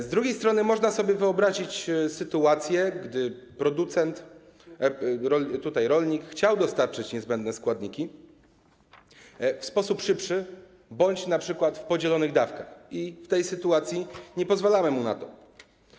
Z drugiej strony można sobie wyobrazić sytuację, gdy producent, tutaj rolnik, chciał dostarczyć niezbędne składniki w sposób szybszy bądź np. w podzielonych dawkach, i w tej sytuacji nie pozwalamy mu na to.